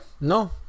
no